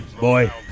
Boy